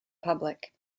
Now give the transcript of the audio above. public